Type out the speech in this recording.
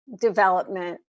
development